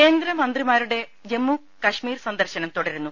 കേന്ദ്രമന്ത്രിമാരുടെ ജമ്മു കശ്മീർ സന്ദർശനം തുടരുന്നു